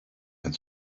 and